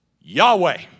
Yahweh